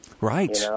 Right